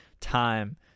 time